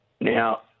Now